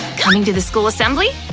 coming to the school assembly?